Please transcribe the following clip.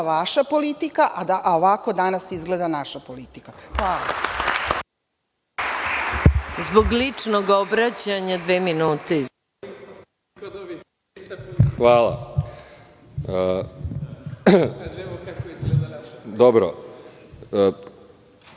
vaša politika, a ovako danas izgleda naša politika. **Maja